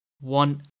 one